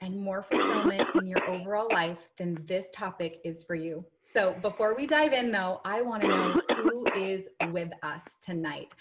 and more fulfillment in your overall life, then this topic is for you. so before we dive in, though, i want to know who is with us tonight,